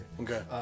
Okay